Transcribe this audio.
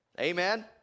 Amen